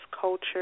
culture